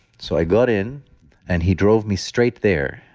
so i got in and he drove me straight there.